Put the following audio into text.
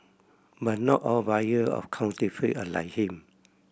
but not all buyer of counterfeit are like him